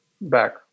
back